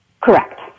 Correct